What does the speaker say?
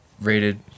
rated